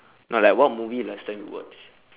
no like what movie last time you watch